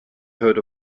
heard